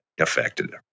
affected